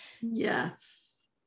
yes